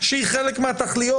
שהיא חלק מהתכליות,